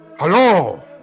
Hello